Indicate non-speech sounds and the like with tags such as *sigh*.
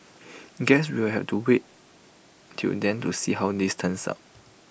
*noise* guess we'll wait till then to see how this turns out